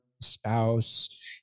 spouse